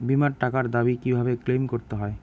বিমার টাকার দাবি কিভাবে ক্লেইম করতে হয়?